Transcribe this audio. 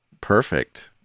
Perfect